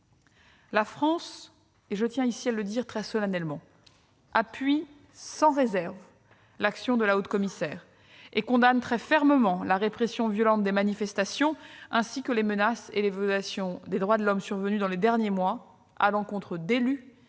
Je tiens à le dire ici très solennellement, la France appuie sans réserve l'action de la haut-commissaire et condamne fermement la répression violente des manifestations, ainsi que les menaces et les violations des droits de l'homme survenues dans les derniers mois à l'encontre d'élus